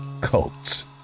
cults